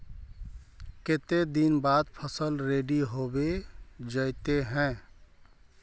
केते दिन बाद फसल रेडी होबे जयते है?